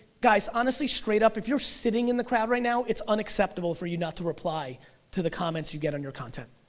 guys, honestly, straight up, if you're sitting in the crowd right now, it's unacceptable for you not to reply to the comments you get on your content.